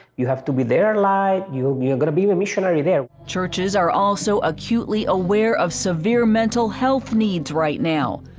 you have to be their light. you're you're going to be a missionary there. heather churches are also acutely aware of severe mental health needs right now.